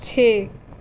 ਛੇ